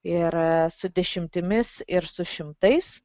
ir su dešimtimis ir su šimtais